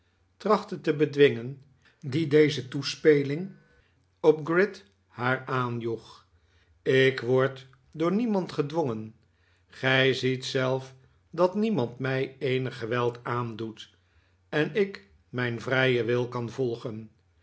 trachtte te bedwingen dien deze toespeling op gride haar aanjoeg ik word door niemand gedwongen gij ziet zelf dat niemand mij eenig geweld aandoet en ik mijn vrijen wil kan volgen